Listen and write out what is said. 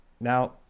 Now